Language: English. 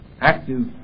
active